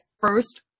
first